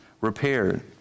repaired